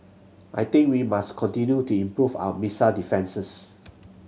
I think we must continue to improve our missile defences